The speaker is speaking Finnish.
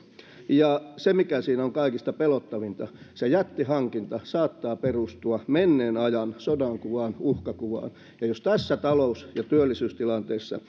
ja mikä siinä on kaikista pelottavinta se jättihankinta saattaa perustua menneen ajan sodankuvaan ja uhkakuvaan ja jos tässä talous ja työllisyystilanteessa